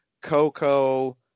Coco